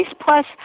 Plus